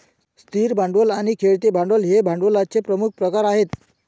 स्थिर भांडवल आणि खेळते भांडवल हे भांडवलाचे प्रमुख प्रकार आहेत